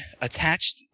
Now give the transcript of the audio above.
attached